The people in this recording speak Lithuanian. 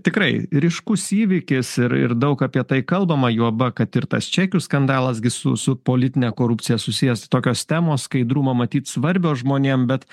tikrai ryškus įvykis ir ir daug apie tai kalbama juoba kad ir tas čekių skandalas gi su su politine korupcija susijęs tokios temos skaidrumo matyt svarbios žmonėm bet